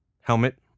helmet